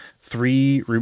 three